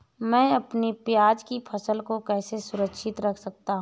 मैं अपनी प्याज की फसल को कैसे सुरक्षित रख सकता हूँ?